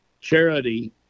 charity